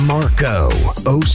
Marco